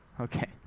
Okay